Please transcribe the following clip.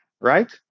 right